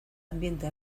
ambiente